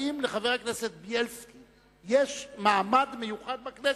אם לחבר הכנסת בילסקי יש מעמד מיוחד בכנסת.